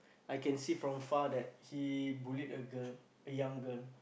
I can see from far the he bullied a girl a young girl